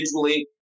individually